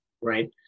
Right